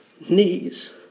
knees